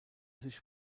sich